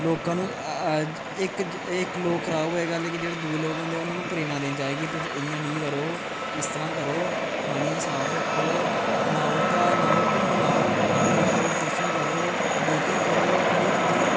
लोकां नूं अज्ज इक लोक खराब होएगा जेह्ड़े दूए उ'न्ना नूं प्रेरणा देनी चाहिदी कि इ'यां नीं करो पानी गी साफ रक्खो नहाओ घार नहाओ घुम्मन आओ दिक्खो फिशिंग करो वोटिंग करो बड़ियां चीजां ऐ